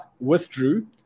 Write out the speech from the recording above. withdrew